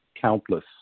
countless